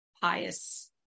pious